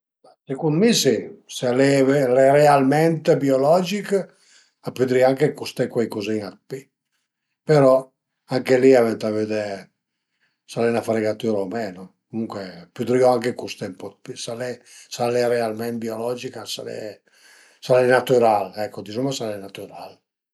Be secund me si, s'al e relament biologich, anche li ëntà vëde s'al e 'na fragtüra o menu, comuncue a pudrìu anche custé ën po dë pi s'al e realment biologica, s'al e natüral, ecco dizuma s'al e natüral